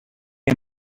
les